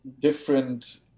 different